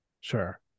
Sure